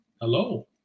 Hello